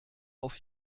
auf